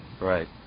right